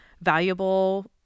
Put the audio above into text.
valuable